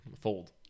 Fold